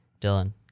Dylan